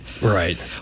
Right